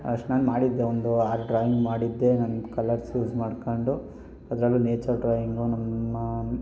ಅಷ್ಟು ನಾನು ಮಾಡಿದ್ದೆ ಒಂದು ಆರು ಡ್ರಾಯಿಂಗ್ ಮಾಡಿದ್ದೆ ನಾನು ಕಲರ್ಸ್ ಯೂಸ್ ಮಾಡಿಕೊಂಡು ಅದ್ರಲ್ಲೂ ನೇಚರ್ ಡ್ರಾಯಿಂಗು ನಮ್ಮ